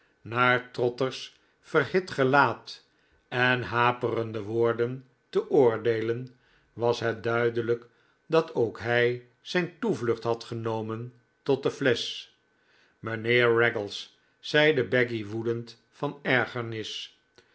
naar trotter's verhit gelaat en haperende woorden te oordeelen was het duidelijk dat ook hij zijn toevlucht had genomen tot de flesch mijnheer raggles zeide becky woedend van ergernis